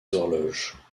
horloges